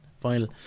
final